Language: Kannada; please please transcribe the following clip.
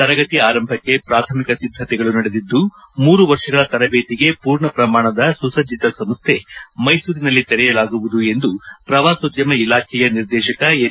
ತರಗತಿ ಆರಂಭಕ್ಕೆ ಪ್ರಾಥಮಿಕ ಸಿದ್ದತೆಗಳು ನಡೆದಿದ್ದು ಮೂರು ವರ್ಷಗಳ ತರಬೇತಿಗೆ ಪೂರ್ಣ ಪ್ರಮಾಣದ ಸುಸಜ್ಜಿತ ಸಂಸ್ಥೆ ಮೈಸೂರಿನಲ್ಲಿ ತೆರೆಯಲಾಗುವುದು ಎಂದು ಪ್ರವಾಸೋದ್ಯಮ ಇಲಾಖೆಯ ನಿರ್ದೇಶಕ ಎಚ್